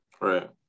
Right